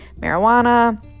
marijuana